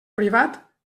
privat